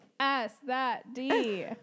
S-that-D